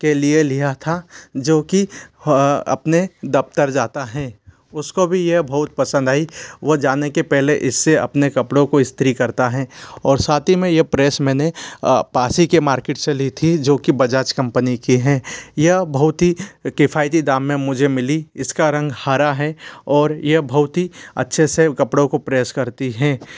के लिए लिया था जो कि अपने दफ़्तर जाता है उसको भी ये बहुत पसंद आई वो जाने के पहले इस से अपने कपड़ों को इस्तरी करता है और साथ ही में ये प्रेस मैंने पास ही के मार्केट से ली थी जो कि बजाज कंपनी की है यह बहुत ही किफ़ायती दाम में मुझे मिली इसका रंग हरा है और यह बहुत ही अच्छे से कपड़ों को प्रेस करती है